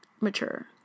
mature